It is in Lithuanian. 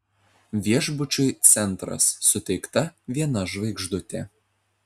viešbučiui centras suteikta viena žvaigždutė